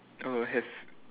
err have